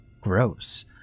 gross